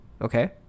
Okay